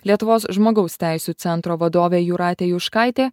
lietuvos žmogaus teisių centro vadovė jūratė juškaitė